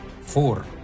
four